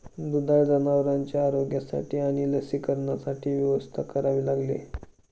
दुधाळ जनावरांच्या आरोग्यासाठी आणि लसीकरणासाठी व्यवस्था करावी लागते